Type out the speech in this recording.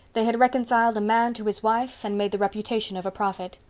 they had reconciled a man to his wife and made the reputation of a prophet.